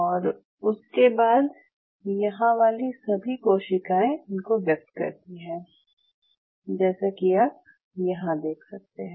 और उसके बाद यहाँ वाली सभी कोशिकाएं इनको व्यक्त करती हैं जैसा कि आप यहाँ देख सकते हैं